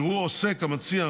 יראו עוסק המציע,